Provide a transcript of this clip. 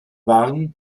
waren